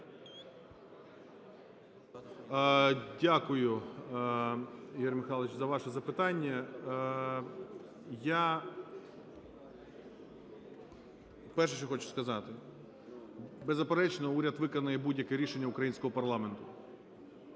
Дякую, Ігор Михайлович, за ваше запитання. Я перше, що хочу сказати. Беззаперечно, уряд виконає будь-яке рішення українського парламенту